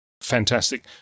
fantastic